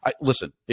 Listen